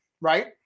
right